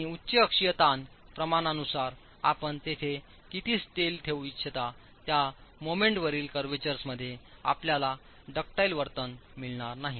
आणि उच्च अक्षीय ताण प्रमाणानुसार आपण तेथे किती स्टील ठेवू इच्छिता त्या मोमेंट वरील क्रवर्चर्स मध्ये आपल्याला ड्युक्टाइल वर्तन मिळणार नाही